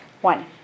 One